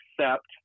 accept